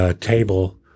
table